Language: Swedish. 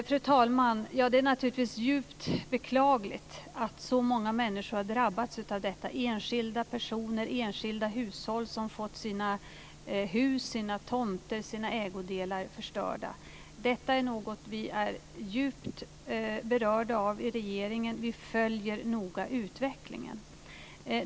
Fru talman! Det är naturligtvis djupt beklagligt att så många människor har drabbats av detta. Enskilda personer och hushåll har fått sina hus, tomter och ägodelar förstörda. Detta är något vi är djupt berörda av i regeringen. Vi följer noga utvecklingen.